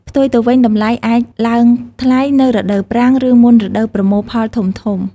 ផ្ទុយទៅវិញ តម្លៃអាចឡើងថ្លៃនៅរដូវប្រាំង ឬមុនរដូវប្រមូលផលធំៗ។